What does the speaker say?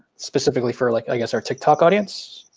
specifically for like, i guess our tiktok audience,